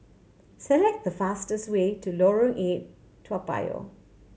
select the fastest way to Lorong Eight Toa Payoh